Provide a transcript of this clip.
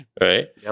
Right